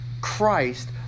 Christ